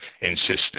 insisted